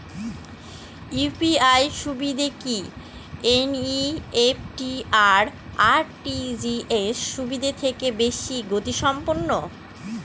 UPI সুবিধা কি NEFT আর আর.টি.জি.এস সুবিধা থেকে বেশি গতিসম্পন্ন?